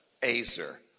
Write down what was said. Azer